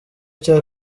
cya